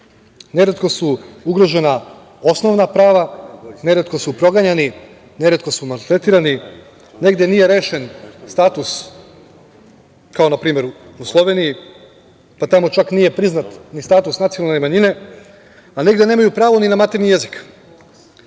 Neretko su ugrožena osnovna prava, neretko su proganjani, neretko su maltretirani. Negde nije rešen status, kao na primer u Sloveniji, pa tamo čak nije ni priznat status nacionalne manjine, a negde nemaju pravo ni na maternji jezik.